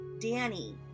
Danny